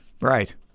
Right